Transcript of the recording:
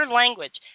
language